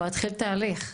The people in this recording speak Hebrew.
כבר התחיל תהליך.